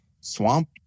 swamp